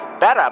better